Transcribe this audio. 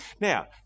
Now